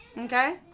Okay